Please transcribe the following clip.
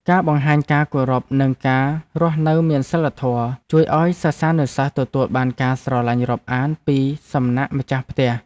ការបង្ហាញការគោរពនិងការរស់នៅមានសីលធម៌ជួយឱ្យសិស្សានុសិស្សទទួលបានការស្រឡាញ់រាប់អានពីសំណាក់ម្ចាស់ផ្ទះ។